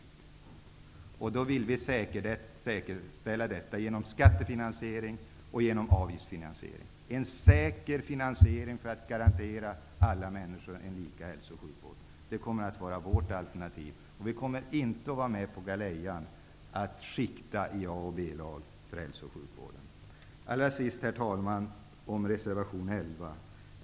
Socialdemokraterna vill säkerställa detta genom skattefinansiering och avgiftsfinansering -- en säker finansiering för att garantera alla människor en lika hälso och sjukvård. Det kommer att vara vårt alternativ. Vi kommer inte att vara med på galejan att skikta i A och B-lag i hälso och sjukvården. Herr talman! Jag vill tala något om reservation 11.